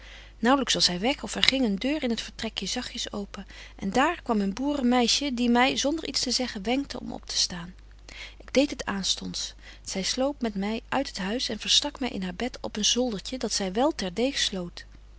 naauwlyks was hy weg of er ging een deur in het vertrek zagtjes open en daar kwam een boeren meisje die my zonder iets te zeggen wenkte om optestaan ik deed het aanstonds zy sloop met my uit het huis en verstak my betje wolff en aagje deken historie van mejuffrouw sara burgerhart in haar bed op een zoldertje dat zy wel ter deeg sloot